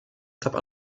étape